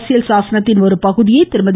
அரசியல் சாசனத்தின் ஒரு பகுதியை திருமதி